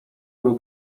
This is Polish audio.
był